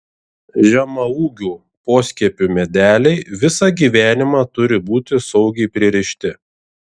žemaūgių poskiepių medeliai visą gyvenimą turi būti saugiai pririšti